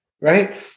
Right